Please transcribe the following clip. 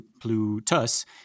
Plutus